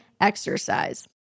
exercise